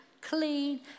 clean